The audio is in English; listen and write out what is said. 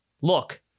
Look